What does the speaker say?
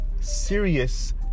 serious